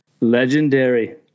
Legendary